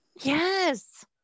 Yes